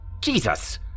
Jesus